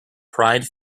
pride